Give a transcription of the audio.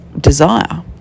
desire